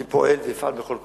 אני פועל ואפעל בכל כוחי.